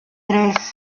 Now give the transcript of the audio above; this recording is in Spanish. tres